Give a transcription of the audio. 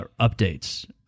updates